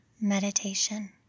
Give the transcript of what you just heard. meditation